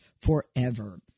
forever